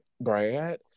Brad